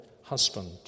husband